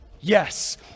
yes